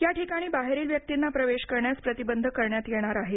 या ठिकाणी बाहेरील व्यक्तींना प्रवेश करण्यास प्रतिबंध करण्यात येणार आहे